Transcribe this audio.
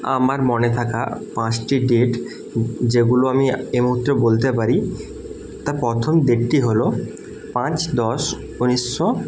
আমার মনে থাকা পাঁচটি ডেট যেগুলো আমি এ মুহূর্তে বলতে পারি তার প্রথম ডেটটি হল পাঁচ দশ উনিশশো